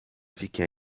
fique